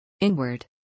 Inward